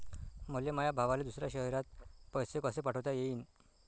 मले माया भावाले दुसऱ्या शयरात पैसे कसे पाठवता येईन?